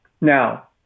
Now